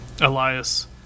Elias